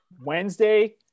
Wednesday